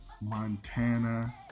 Montana